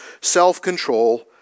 self-control